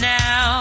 now